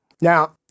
Now